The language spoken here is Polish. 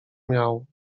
miał